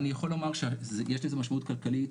אני יכול לומר שיש לזה משמעות כלכלית,